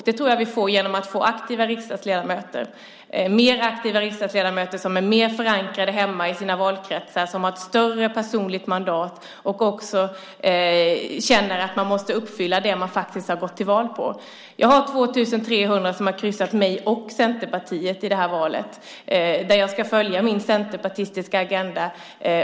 Det tror jag att vi får om vi har aktiva riksdagsledamöter - mer aktiva riksdagsledamöter som är mer förankrade hemma i sina valkretsar, som har ett större personligt mandat och som känner att man måste uppfylla det man har gått till val på. 2 300 kryssade mig och Centerpartiet i valet. Jag ska följa min centerpartistiska agenda.